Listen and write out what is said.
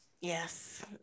yes